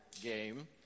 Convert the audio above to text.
game